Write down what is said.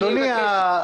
אדוני,